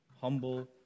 humble